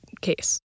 case